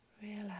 Relax